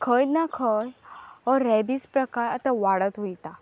खंय ना खंय हो रॅबीच प्रकार आतां वाडत वयता